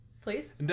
Please